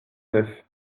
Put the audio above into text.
neuf